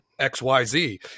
xyz